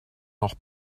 noch